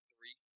Three